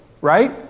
right